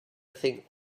think